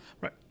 Right